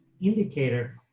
indicator